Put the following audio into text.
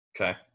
Okay